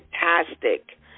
fantastic